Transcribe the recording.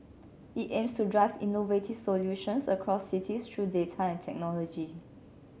it aims to drive innovative solutions across cities through data and technology